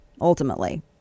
ultimately